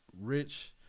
Rich